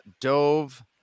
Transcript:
Dove